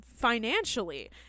financially